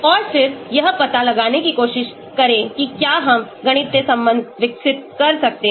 और फिर यह पता लगाने की कोशिश करें कि क्या हम गणितीय संबंध विकसित कर सकते हैं